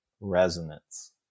resonance